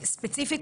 ספציפית,